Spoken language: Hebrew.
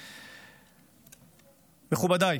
מכובדיי,